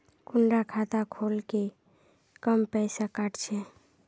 कुंडा खाता खोल ले कम पैसा काट छे?